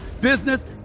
business